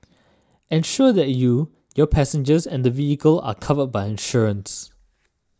ensure that you your passengers and the vehicle are covered by insurance